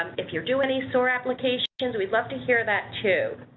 um if you do any soar applications, we'd love to hear that too.